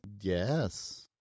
Yes